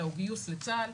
אלא הוא גיוס לצה"ל,